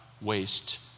Waste